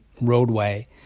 roadway